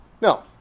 No